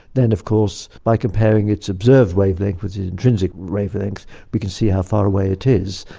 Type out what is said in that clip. then of course by comparing its observed wavelength with its intrinsic wavelength we can see how far away it is.